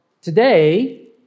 Today